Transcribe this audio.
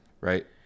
Right